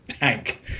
Hank